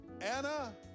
Anna